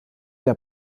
der